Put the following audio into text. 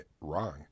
wrong